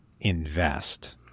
invest